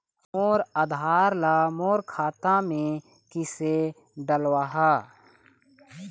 मोर आधार ला मोर खाता मे किसे डलवाहा?